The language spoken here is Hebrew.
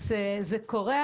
זה קורה.